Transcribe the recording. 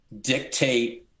dictate